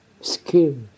skill